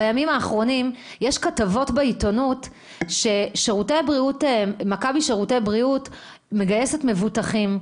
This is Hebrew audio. בימים האחרונים יש כתבות בעיתונות שמכבי שירותי בריאות מגייסת מבוטחים,